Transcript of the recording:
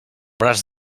braç